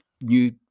new